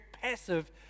passive